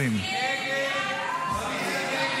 20. הסתייגות 20 לא נתקבלה.